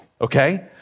Okay